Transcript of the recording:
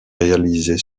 réalisée